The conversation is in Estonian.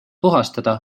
puhastada